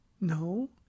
no